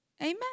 Amen